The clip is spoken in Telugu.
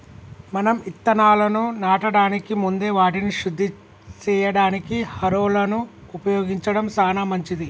మనం ఇత్తనాలను నాటడానికి ముందే వాటిని శుద్ది సేయడానికి హారొలను ఉపయోగించడం సాన మంచిది